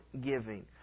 giving